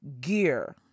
gear